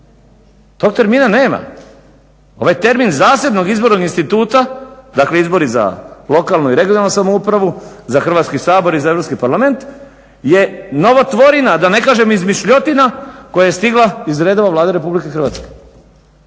Tog termina nema, ovaj termin zasebnog izbornog instituta, dakle izbori za lokalnu i regionalnu samoupravu, za Hrvatski sabor i za Europski parlament je novotvorina, da ne kažem izmišljotina koja je stigla iz redova Vlade RH. I imate